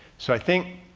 so i think